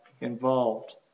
involved